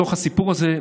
בתוך הסיפור הזה,